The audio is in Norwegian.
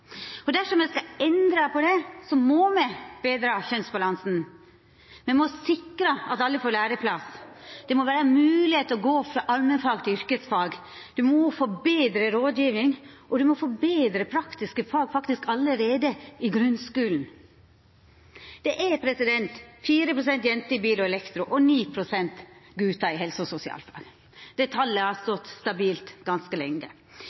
Dersom ein skal endra på det, må ein betra kjønnsbalansen. Me må sikra at alle får læreplass. Det må vera mogleg å gå frå allmennfag til yrkesfag. Ein må få betre rådgjeving, og ein må få betre praktiske fag allereie i grunnskulen. Det er 4 pst. jenter i bil- og elektrofag og 9 pst. gutar i helse- og sosialfag. Desse tala har vore stabile ganske lenge.